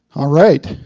alright.